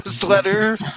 sweater